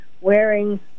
wearing